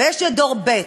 ויש דור ב'.